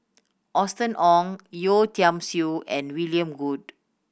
Austen Ong Yeo Tiam Siew and William Goode